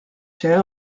see